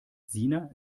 sina